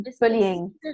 bullying